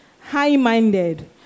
high-minded